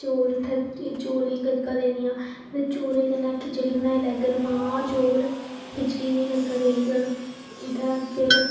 चौल उ'त्थें चौलें ई कंजकां देनियां फिर चौलें कन्नै खिचड़ी बनाई लैङन मांह् चौल खिचड़ी दी कंजकां देई ओङन उ'त्थें फिर